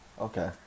Okay